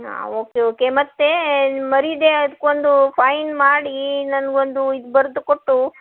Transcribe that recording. ಹಾಂ okay okay ಮತ್ತು ಮರೀದೆ ಅದ್ಕೊಂದು ಫೈನ್ ಮಾಡಿ ನನ್ಗೆ ಒಂದು ಇದು ಬರ್ದು ಕೊಟ್ಟು